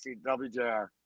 WJR